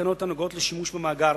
תקנות הנוגעות לשימוש במאגר,